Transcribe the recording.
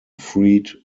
freed